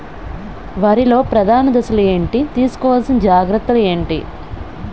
వరిలో ప్రధాన దశలు ఏంటి? తీసుకోవాల్సిన జాగ్రత్తలు ఏంటి?